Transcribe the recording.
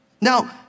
Now